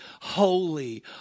holy